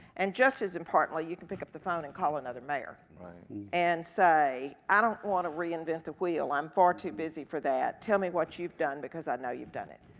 and just as importantly, you can pick up the phone and call another mayor and say i don't wanna reinvent the wheel, i'm far too busy for that. tell me what you've done because i know you've done it.